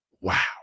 Wow